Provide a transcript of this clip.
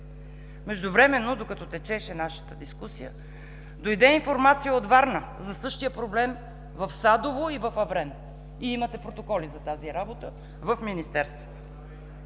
Междувременно, докато течеше нашата дискусия, дойде информация от Варна за същия проблем в Садово и в Аврен. Имате протоколи за тази работа в министерствата